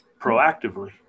proactively